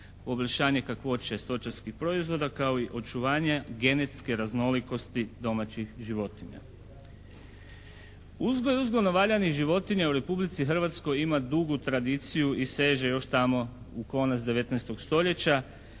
poboljšanje kakvoće stočarskih proizvoda kao i očuvanje genetske raznolikosti domaćih životinja. Uzgoj uzgojno valjanih životinja u Republici Hrvatskoj ima dugu tradiciju i seže još tamo u konac 19. stoljeća.